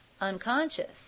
unconscious